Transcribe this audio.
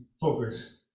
focus